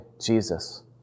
Jesus